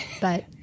but-